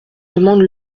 demande